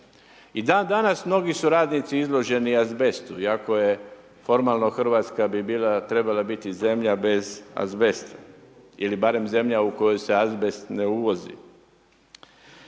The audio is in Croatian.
danas mnogi su radnici izloženi azbestu iako je formalno RH bi bila, trebala biti zemlja bez azbesta ili barem zemlja u koju se azbest ne uvozi.